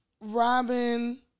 Robin